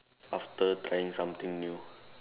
after trying something new